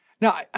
Now